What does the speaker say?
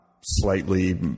slightly